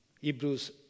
Hebrews